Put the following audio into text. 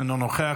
אינו נוכח.